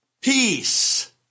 peace